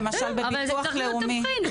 למשל בביטוח לאומי,